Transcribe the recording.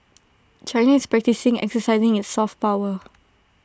China is practising exercising its soft power